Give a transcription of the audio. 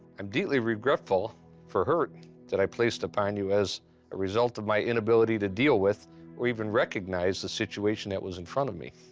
i'm deeply regretful for hurt that i placed upon you as a result of my inability to deal with or even recognize the situation that was in front of me.